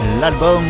l'album